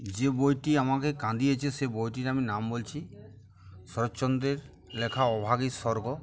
যে বইটি আমাকে কাঁদিয়েছে সে বইটির আমি নাম বলছি শরৎচন্দ্রের লেখা অভাগী স্বর্গ